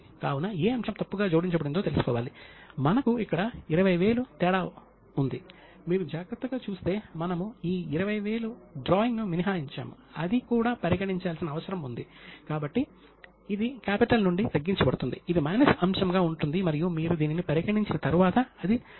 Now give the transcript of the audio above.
కాబట్టి ప్రపంచంలో భారతదేశం మరియు చైనా ఆధిపత్య ఆర్థిక వ్యవస్థలు అని మీరు సులభంగా చూడవచ్చు పశ్చిమ ఐరోపా మరియు యుఎస్ వంటి ఇతర దేశాలు చాలా తరువాత వచ్చాయి